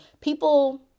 people